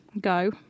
go